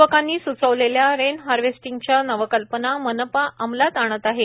युवकांनी सुचविलेल्या रेन हार्वेस्टिंगच्या नवकल्पना मनपा अंमलात आणत आहे